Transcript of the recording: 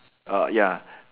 ah ya